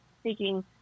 speaking